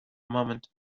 moment